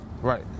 Right